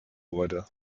wurde